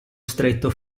stretto